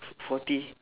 forty